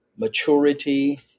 maturity